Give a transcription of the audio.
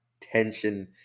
tension